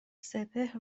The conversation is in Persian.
سپهر